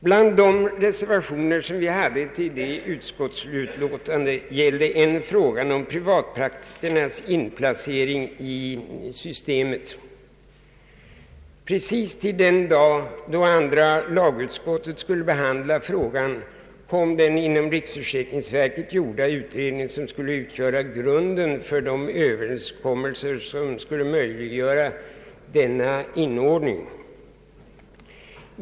Bland de reservationer som vi hade till utskottsutlåtandet gällde en frågan om de privatpraktiserande läkarnas inplacering i systemet. Precis till den dag då andra lagutskottet skulle behandla frågan kom riksförsäkringsverkets utredning som skulle utgöra grun den för de överenskommelser som skulle möjliggöra denna inordning.